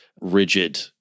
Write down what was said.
rigid